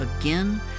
again